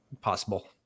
possible